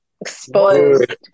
exposed